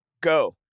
go